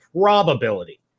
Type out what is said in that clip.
probability